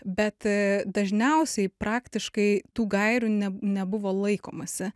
bet dažniausiai praktiškai tų gairių ne nebuvo laikomasi